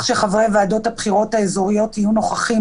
לפיה חברי ועדות הבחירות האזוריות יהיו נוכחים